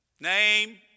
name